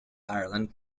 ireland